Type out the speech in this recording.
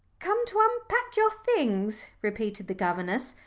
come to unpack your things, repeated the governess.